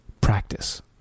practice